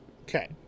Okay